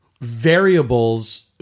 variables